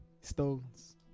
Stones